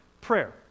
prayer